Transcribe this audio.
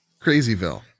Crazyville